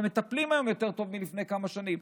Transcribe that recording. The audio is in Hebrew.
והם מטפלים היום יותר טוב מלפני כמה שנים,